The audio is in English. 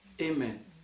Amen